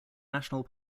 national